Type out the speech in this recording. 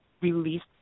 released